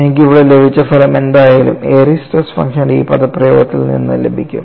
എനിക്ക് ഇവിടെ ലഭിച്ച ഫലം എന്തായാലും എയറിസ് സ്ട്രെസ് ഫംഗ്ഷന്റെ ഈ പദപ്രയോഗത്തിൽ നിന്നും ലഭിക്കും